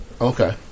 Okay